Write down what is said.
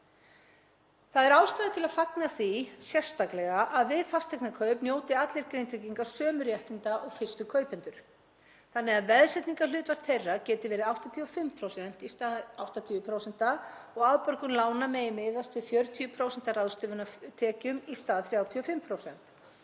Það er ástæða til að fagna því sérstaklega að við fasteignakaup njóti allir Grindvíkinga sömu réttinda og fyrstu kaupendur þannig að veðsetningarhlutfall þeirra geti verið 85% í stað 80% og afborgun lána megi miðast við 40% af ráðstöfunartekjum í stað 35%.